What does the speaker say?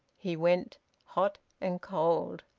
he went hot and cold.